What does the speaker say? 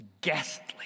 ghastly